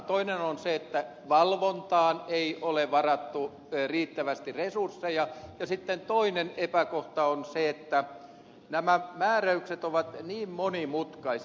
toinen on se että valvontaan ei ole varattu riittävästi resursseja ja sitten toinen epäkohta on se että nämä määräykset ovat niin monimutkaisia